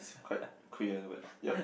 it's quite clear but yup